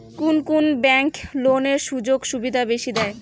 কুন কুন ব্যাংক লোনের সুযোগ সুবিধা বেশি দেয়?